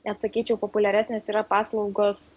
net sakyčiau populiaresnės yra paslaugos